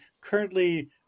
currently